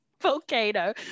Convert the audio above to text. volcano